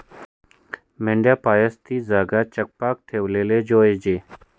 मेंढ्या पायतस ती जागा चकपाक ठेवाले जोयजे